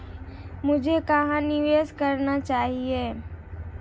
मुझे कहां निवेश करना चाहिए?